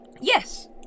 Yes